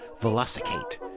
Velocicate